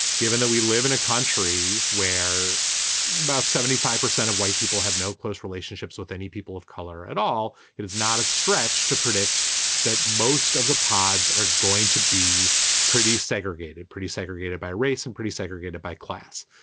given that we live in a country where about seventy five percent of white people have no close relationships with any people of color at all, it is not a stretch to predict that most of the pods are going to be pretty segregated, pretty segregated by race and pretty segregated by class.